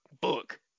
book